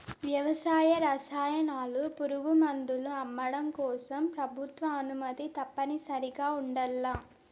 వ్యవసాయ రసాయనాలు, పురుగుమందులు అమ్మడం కోసం ప్రభుత్వ అనుమతి తప్పనిసరిగా ఉండల్ల